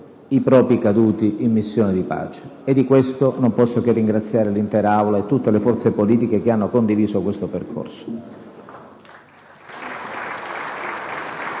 i propri caduti in missioni di pace. Di questo non posso che ringraziare l'intera Aula e tutte le forze politiche che hanno condiviso questo percorso.